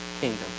kingdom